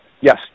yes